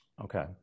Okay